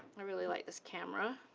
i really like this camera